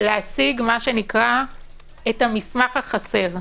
להשיג את המסמך החסר.